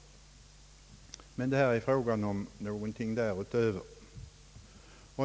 Men det skydd vi nu diskuterar är någonting därutöver.